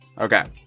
okay